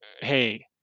Hey